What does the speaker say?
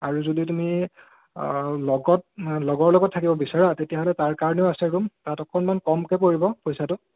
আৰু যদি তুমি লগত লগৰ লগত থাকিব বিচাৰা তেতিয়া হ'লে তাৰ কাৰণেও আছে ৰুম তাত অকণমান কমকে পৰিব পইচাটো